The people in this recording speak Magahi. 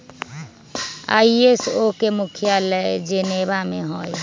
आई.एस.ओ के मुख्यालय जेनेवा में हइ